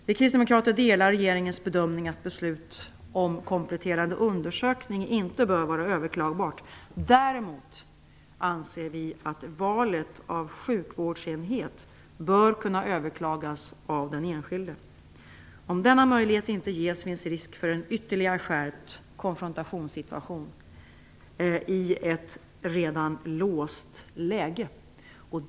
Vi kristdemokraterna delar regeringens bedömning att beslut om kompletterande undersökning inte bör vara överklagbart. Däremot anser vi att valet av sjukvårdsenhet bör kunna överklagas av den enskilde. Om denna möjlighet inte ges finns risk för en ytterligare skärpt konfrontationssituation i ett redan låst läge.